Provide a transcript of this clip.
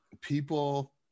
people